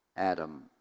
Adam